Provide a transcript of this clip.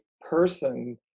person